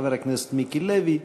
חבר הכנסת מיקי לוי,